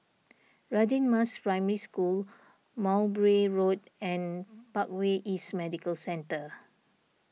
Radin Mas Primary School Mowbray Road and Parkway East Medical Centre